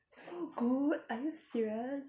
so good are you serious